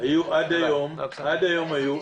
עד היום היו,